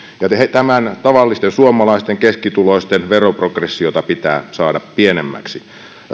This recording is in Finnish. tätä tavallisten suomalaisten keskituloisten veroprogressiota pitää saada pienemmäksi